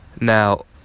Now